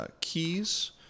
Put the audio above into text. keys